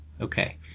Okay